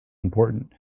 important